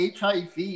HIV